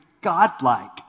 godlike